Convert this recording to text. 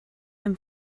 him